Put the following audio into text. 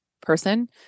person